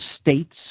states